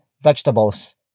vegetables